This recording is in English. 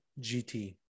GT